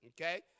Okay